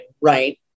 right